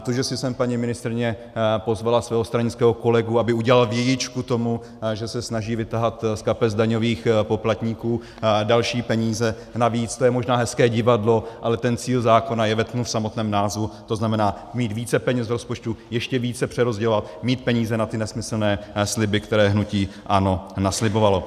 To, že si sem paní ministryně pozvala svého stranického kolegu, aby udělal vějičku tomu, že se snaží vytahat z kapes daňových poplatníků další peníze navíc, to je možná hezké divadlo, ale ten cíl zákona je vetknut v samotném názvu, to znamená mít více peněz z rozpočtu, ještě více přerozdělovat, mít peníze na nesmyslné sliby, které hnutí ANO naslibovalo.